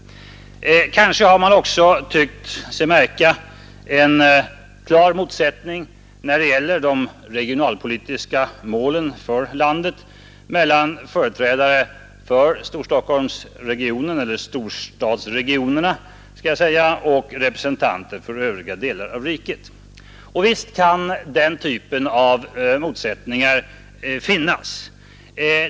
Kanske har man också tyckt sig märka en klar motsättning när det gäller de regionalpolitiska målen mellan företrädare för storstadsregionerna och representanter för övriga delar av landet. Visst har sådana motsättningar funnits.